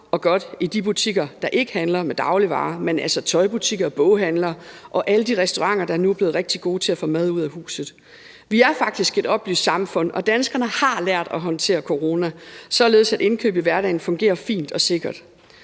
forhold til de butikker, der ikke handler med dagligvarer, altså tøjbutikker, boghandler og alle de restauranter, der nu er blevet rigtig gode til at sælge mad ud af huset. Vi er faktisk et oplyst samfund, og danskerne har lært at håndtere corona, således at indkøb i hverdagen fungerer fint og sikkert.